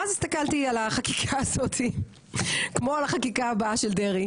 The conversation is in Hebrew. ואז הסתכלתי על החקיקה הזאת כמו על החקיקה הבאה של דרעי,